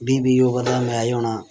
बीह् बीह् ओवर दा मैच होना